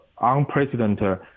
unprecedented